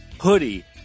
hoodie